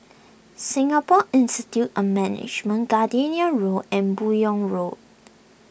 Singapore Institute of Management Gardenia Road and Buyong Road